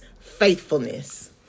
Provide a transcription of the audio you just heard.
faithfulness